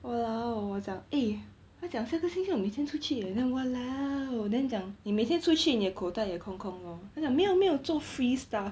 !walao! 我讲 eh 他讲下个星期我每天出去 leh then !walao! then 讲你每天出去你的口袋也空空咯他讲没有没有做 free stuff